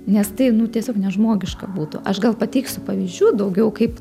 nes tai nu tiesiog nežmogiška būtų aš gal pateiksiu pavyzdžių daugiau kaip